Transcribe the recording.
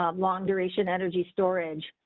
um long duration, energy, storage,